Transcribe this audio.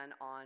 on